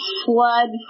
flood